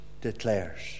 declares